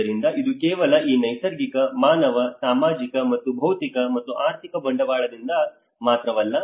ಆದ್ದರಿಂದ ಇದು ಕೇವಲ ಈ ನೈಸರ್ಗಿಕ ಮಾನವ ಸಾಮಾಜಿಕ ಮತ್ತು ಭೌತಿಕ ಮತ್ತು ಆರ್ಥಿಕ ಬಂಡವಾಳದಿಂದಾಗಿ ಮಾತ್ರವಲ್ಲ